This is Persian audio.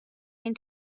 این